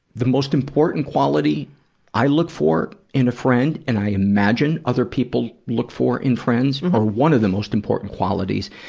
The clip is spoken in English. the most important quality i look for in a friend, and i imagine other people look for in friends, or one of the most important qualities,